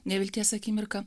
nevilties akimirką